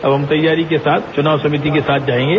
अब हम तैयारी के साथ चुनाव समिति के साथ जाएंगे